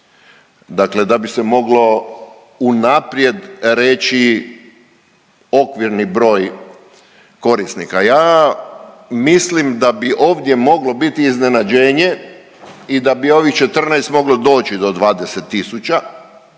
dakle da bi se moglo unaprijed reći okvirni broj korisnika. Ja mislim da bi ovdje moglo biti iznenađenje i da bi ovih 14 moglo doći do 20 tisuća